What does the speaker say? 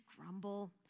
grumble